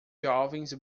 jovens